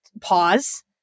pause